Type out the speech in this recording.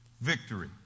victory